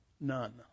None